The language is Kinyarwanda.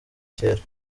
kera